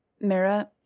Mira